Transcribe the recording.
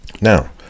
now